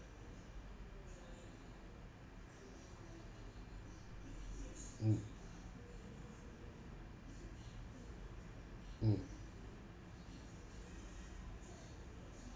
mm mm